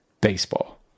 baseball